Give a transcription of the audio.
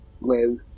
live